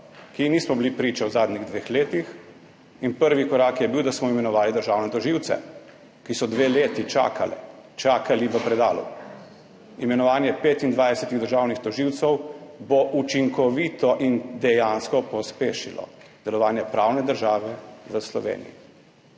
ji nismo bili priča v zadnjih dveh letih. In prvi korak je bil, da smo imenovali državne tožilce, ki so dve leti čakali v predalu. Imenovanje 25 državnih tožilcev bo učinkovito in dejansko pospešilo delovanje pravne države v Sloveniji.